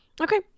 Okay